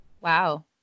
Wow